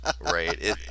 Right